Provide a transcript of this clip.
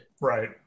Right